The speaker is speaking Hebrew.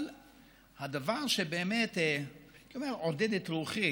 אבל הדבר שבאמת עודד את רוחי